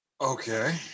Okay